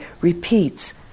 repeats